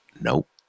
Nope